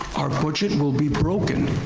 our budget will be broken